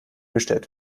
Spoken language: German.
gestellt